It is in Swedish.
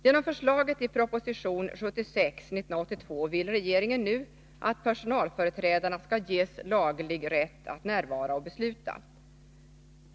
Genom förslaget i proposition 1982/83:76 vill regeringen nu att personalföreträdarna skall ges laglig rätt att närvara och besluta.